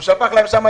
מעונות שיש להם סמל,